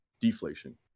Deflation